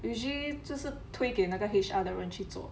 usually 这是推给那个 H_R 的人去做